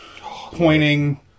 pointing